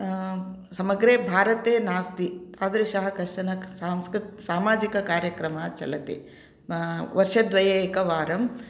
समग्रे भारते नास्ति तादृशः कश्चन सांस्कृ सामाजिकः कार्यक्रमः चलति वर्षद्वये एकवारं